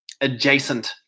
adjacent